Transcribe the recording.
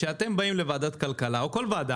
כשאתם באים לוועדת כלכלה או כל ועדה